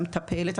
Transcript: המטפלת,